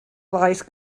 vice